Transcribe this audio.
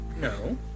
No